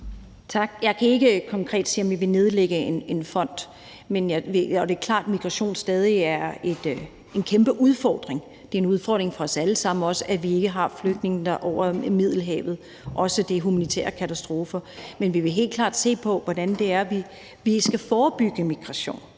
Jeg kan ikke konkret sige, om vi vil nedlægge en fond, og det er klart, at migration stadig er en kæmpe udfordring – det er en udfordring for os alle sammen, både med hensyn til at folk flygter over Middelhavet og med hensyn til de humanitære katastrofer. Men vi vil helt klart se på, hvordan vi skal forebygge migration